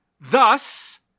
Thus